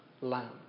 Lamb